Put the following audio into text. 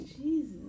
Jesus